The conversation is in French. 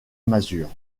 masure